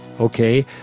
Okay